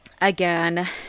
again